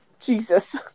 Jesus